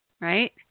right